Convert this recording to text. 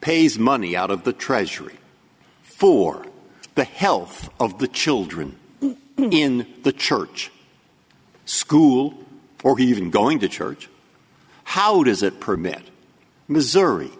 pays money out of the treasury for the health of the children and in the church school forgiving going to church how does it permit missouri